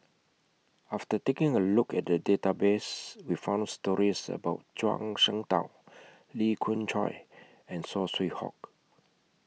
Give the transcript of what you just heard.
after taking A Look At The Database We found stories about Zhuang Shengtao Lee Khoon Choy and Saw Swee Hock